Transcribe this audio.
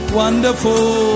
wonderful